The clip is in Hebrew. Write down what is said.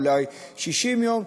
אולי 60 יום,